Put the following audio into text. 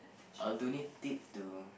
I'll donate it to